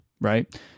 right